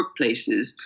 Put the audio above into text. workplaces